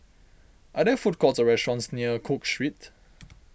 are there food courts or restaurants near Cook Street